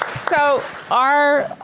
so, our,